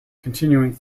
continuing